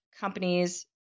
companies